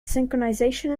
synchronization